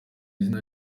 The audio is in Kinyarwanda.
izina